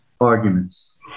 arguments